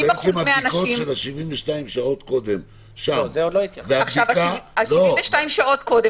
שהבדיקות של ה-72 שעות קודם שם והבדיקה --- ה-72 שעות קודם,